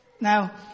Now